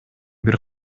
бир